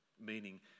Meaning